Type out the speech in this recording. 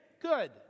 Good